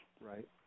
Right